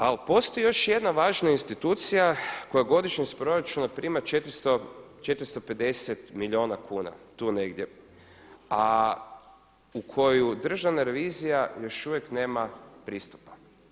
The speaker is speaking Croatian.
Ali postoji još jedna važna institucija koja godišnje iz proračuna prima 450 milijuna kuna tu negdje, a u koju državna revizija još uvijek nema pristupa.